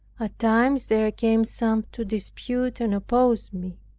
at times there came some to dispute and oppose me.